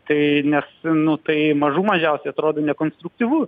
tai nes nu tai mažų mažiausiai atrodo nekonstruktyvu